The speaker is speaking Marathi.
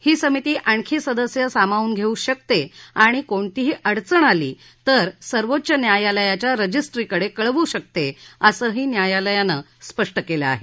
ही समिती आणखी सदस्य सामावून घेऊ शकते आणि कोणतीही अडचण आली तर सर्वोच्च न्यायालयाच्या रजिस्ट्रीकडे कळवू शकते असंही न्यायालयानं स्पष्ट केलं आहे